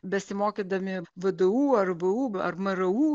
besimokydami vdu ar vu ar mru